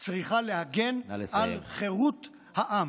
צריכה להגן על חירות העם.